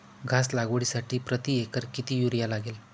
घास लागवडीसाठी प्रति एकर किती युरिया लागेल?